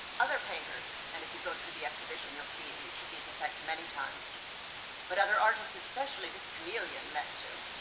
other painters and if you go through the exhibition, you'll see each of these effects many times but other artist, especially this chameleon, metsu,